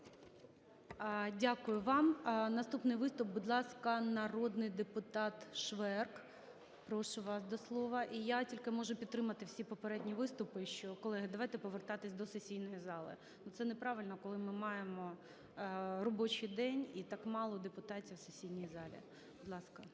Дякую вам. Наступний виступ. Будь ласка, народний депутат Шверк, прошу вас до слова. І я тільки можу підтримати всі попередні виступи, що, колеги, давайте повертатись до сесійної зали. Це неправильно, коли ми маємо робочий день і так мало депутатів в сесійній залі. Будь ласка.